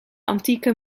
antieke